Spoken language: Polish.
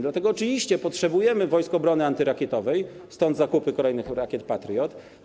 Dlatego potrzebujemy wojsk obrony antyrakietowej, stąd zakupy kolejnych rakiet Patriot.